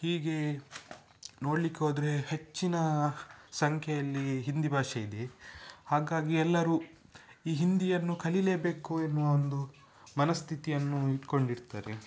ಹೀಗೆ ನೋಡ್ಲಿಕ್ಕೆ ಹೋದರೆ ಹೆಚ್ಚಿನ ಸಂಖ್ಯೆಯಲ್ಲಿ ಹಿಂದಿ ಭಾಷೆ ಇದೆ ಹಾಗಾಗಿ ಎಲ್ಲರೂ ಈ ಹಿಂದಿಯನ್ನು ಕಲಿಯಲೇಬೇಕು ಎನ್ನುವ ಒಂದು ಮನಸ್ಥಿತಿಯನ್ನು ಇಟ್ಟುಕೊಂಡಿರ್ತಾರೆ